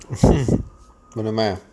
mm நம்ம:namma